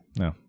No